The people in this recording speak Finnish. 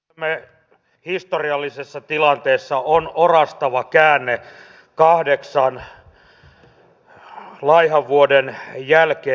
olemme historiallisessa tilanteessa on orastava käänne kahdeksan laihan vuoden jälkeen